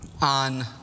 on